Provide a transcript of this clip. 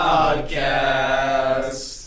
Podcast